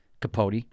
Capote